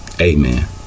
Amen